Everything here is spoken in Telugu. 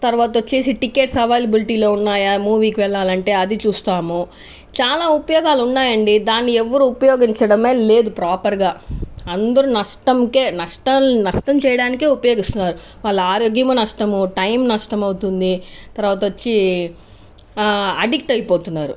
తర్వాత వచ్చేసి టికెట్స్ అవైలబిలిటీలో ఉన్నాయా మూవీకి వెళ్ళాలంటే అది చూస్తాము చాలా ఉపయోగాలు ఉన్నాయండి దాన్ని ఎవరు ఉపయోగించడమే లేదు ప్రాపర్గా అందరూ నష్టంకే నష్టం నష్టం చేయడానికి ఉపయోగిస్తున్నారు వాళ్ళు ఆరోగ్యం నష్టం టైమ్ నష్టమవుతుంది తర్వాత వచ్చి ఆ ఆడిక్ట్ అయిపోతున్నారు